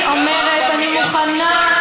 תאמיני, הפרה לא מתכופפת בשביל לאכול את העשב.